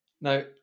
now